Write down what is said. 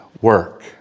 work